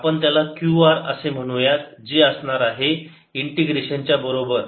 आपण त्याला q r असे म्हणूयात जे असणार आहे इंटिग्रेशन च्या बरोबर